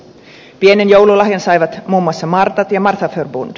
pienen joululahjan saivat muun muassa martat ja marthaförbund